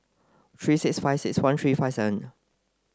three six five six one three five seven